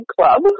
Club